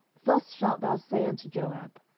thus shalt thou say unto joab,